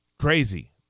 crazy